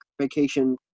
vacation